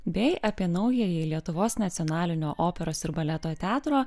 bei apie naująjį lietuvos nacionalinio operos ir baleto teatro